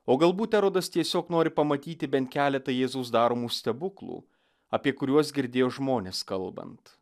o galbūt erodas tiesiog nori pamatyti bent keletą jėzaus daromų stebuklų apie kuriuos girdėjo žmones kalbant